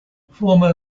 former